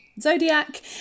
zodiac